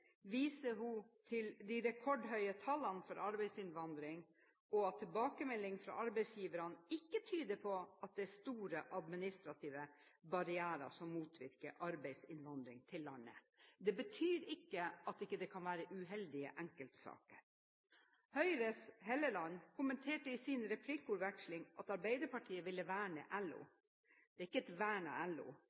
viser hun til de rekordhøye tallene for arbeidsinnvandring, og at tilbakemeldingen fra arbeidsgiverne ikke tyder på at det er store administrative barrierer som motvirker arbeidsinnvandring til landet. Det betyr ikke at det ikke kan være uheldige enkeltsaker. Høyres Helleland kommenterte i replikkvekslingen at Arbeiderpartiet ville verne LO. Det er ikke et vern av LO,